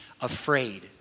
afraid